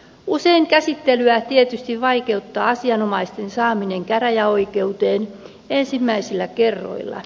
usein käsittelyä tietysti vaikeuttaa asianomaisten saaminen käräjäoikeuteen ensimmäisillä kerroilla